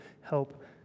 help